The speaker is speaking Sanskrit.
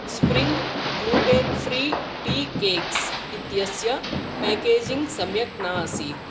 spring gluten free tea cakes इत्यस्य पेकेजिङ्ग् सम्यक् नासीत्